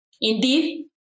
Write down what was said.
Indeed